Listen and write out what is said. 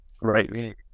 right